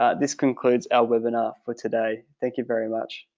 ah this concludes our webinar for today. thank you very much.